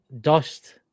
dust